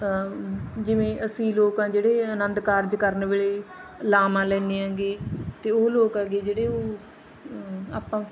ਜਿਵੇਂ ਅਸੀਂ ਲੋਕ ਹਾਂ ਜਿਹੜੇ ਆਨੰਦ ਕਾਰਜ ਕਰਨ ਵੇਲੇ ਲਾਵਾਂ ਲੈਂਦੇ ਹੈਗੇ ਅਤੇ ਉਹ ਲੋਕ ਹੈਗੇ ਜਿਹੜੇ ਉਹ ਆਪਾਂ